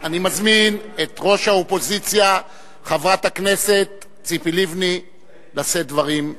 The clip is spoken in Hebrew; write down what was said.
אני מזמין את ראש האופוזיציה חברת הכנסת ציפי לבני לשאת דברים.